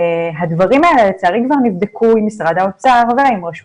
הדברים האלה לצערי כבר נבדקו עם משרד האוצר ועם רשות